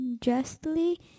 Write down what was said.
justly